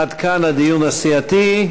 עד כאן הדיון הסיעתי.